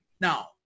Now